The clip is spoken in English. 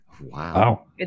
Wow